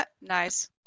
nice